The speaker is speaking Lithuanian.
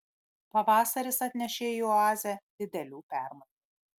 pavasaris atnešė į oazę didelių permainų